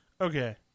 okay